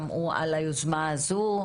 שמעו על היוזמה הזו.